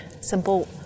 simple